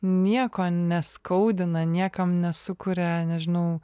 nieko neskaudina niekam nesukuria nežinau